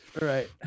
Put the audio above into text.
right